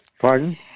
Pardon